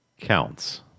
counts